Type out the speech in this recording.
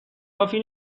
کافی